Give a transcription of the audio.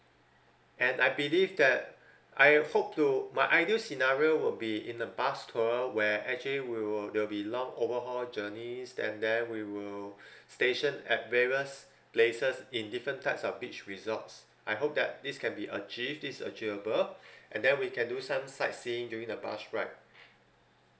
and I believe that I hope to my ideal scenario would be in a bus tour where actually we will there'll be long overhaul journeys and then we will stationed at various places in different types of beach resorts I hope that this can be achieved this is achievable and then we can do some sightseeing during the bus ride